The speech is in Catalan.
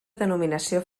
denominació